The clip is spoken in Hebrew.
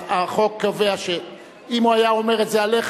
החוק קובע שאם הוא היה אומר את זה עליך,